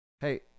Hey